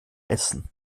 essen